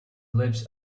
lives